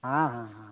हाँ हाँ हाँ